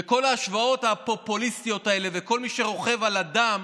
וכל ההשוואות הפופוליסטיות האלה וכל מי שרוכב על הדם,